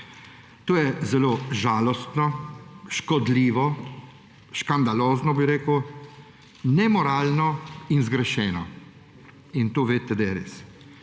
To je zelo žalostno, škodljivo, škandalozno, nemoralno in zgrešeno. In to vedite, da je res.